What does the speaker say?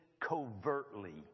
covertly